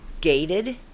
Gated